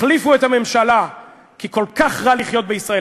תחליפו את הממשלה כי כל כך רע לחיות בישראל.